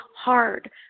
hard